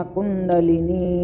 Kundalini